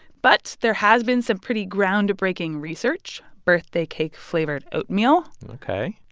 but there has been some pretty groundbreaking research birthday-cake-flavored oatmeal. ok.